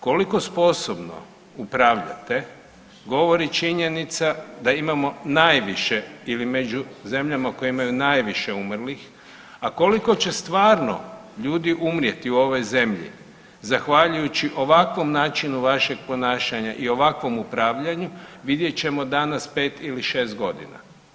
Koliko sposobno upravljate govori činjenica da imamo najviše ili među zemljama koje imaju najviše umrlih, a koliko će stvarno ljudi umrijeti u ovoj zemlji zahvaljujući ovakvom načinu vaše ponašanja i ovakvom upravljanju vidjet ćemo danas 5 ili 6 godina.